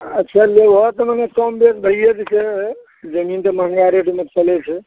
अच्छा लेबहऽ तऽ मने कम बेस भइए जेतै जमीन तऽ महँगा रेटमे चलै छै